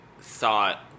thought